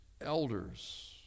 elders